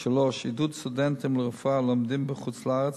3. עידוד סטודנטים לרפואה הלומדים בחוץ-לארץ